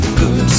good